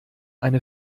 eine